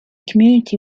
community